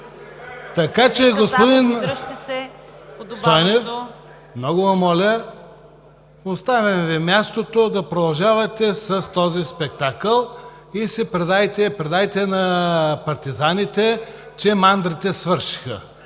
Така че, господин Стойнев, много Ви моля, оставяме Ви мястото да продължавате с този спектакъл и предайте на партизаните, че мандрите свършиха